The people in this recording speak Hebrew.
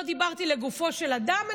לא דיברתי לגופו של אדם,